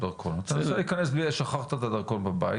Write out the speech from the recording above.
תאמר ששכחת את הדרכון בבית,